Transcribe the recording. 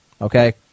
Okay